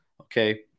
Okay